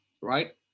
right